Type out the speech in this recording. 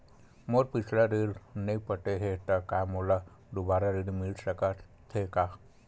मोर पिछला ऋण नइ पटे हे त का मोला दुबारा ऋण मिल सकथे का?